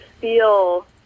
feel